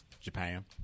Japan